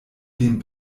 dem